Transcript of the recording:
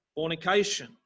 fornication